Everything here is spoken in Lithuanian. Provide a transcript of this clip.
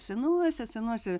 senuose senuose